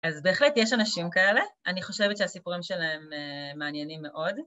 ‫אז בהחלט יש אנשים כאלה. ‫אני חושבת שהסיפורים שלהם מעניינים מאוד.